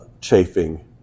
chafing